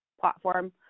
platform